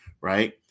right